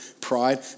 pride